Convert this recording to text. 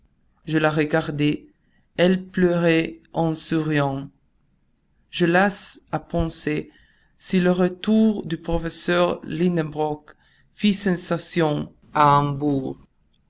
je la regardai elle pleurait en souriant je laisse à penser si le retour du professeur lidenbrock fît sensation à hambourg